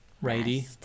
Righty